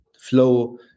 flow